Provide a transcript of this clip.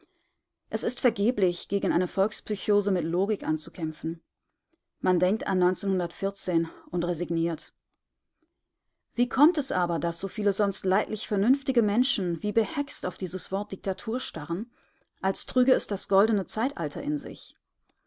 es ist vergeblich gegen eine volkspsychose mit logik anzukämpfen man denkt an und resigniert wie kommt es aber daß so viele sonst leidlich vernünftige menschen wie behext auf dieses wort diktatur starren als trüge es das goldene zeitalter in sich